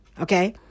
Okay